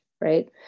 right